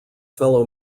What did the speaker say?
fellow